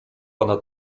pana